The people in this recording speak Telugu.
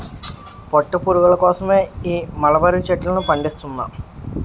పట్టు పురుగుల కోసమే ఈ మలబరీ చెట్లను పండిస్తున్నా